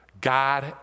God